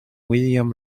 william